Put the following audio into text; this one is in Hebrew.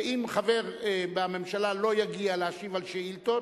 שאם חבר ממשלה לא יגיע להשיב על שאילתות,